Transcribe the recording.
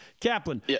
Kaplan